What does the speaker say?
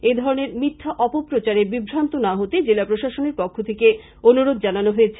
এধরণের মিথ্যা অপপ্রচারে বিভ্রান্ত না হতে জেলা প্রশাসনের পক্ষ থেকে অনুরোধ জানানো হয়েছে